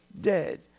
dead